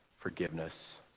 forgiveness